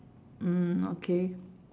mm okay